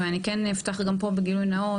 ואני כן אפתח גם פה בגילוי נאות,